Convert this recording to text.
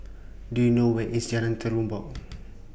Do YOU know Where IS Jalan Terubok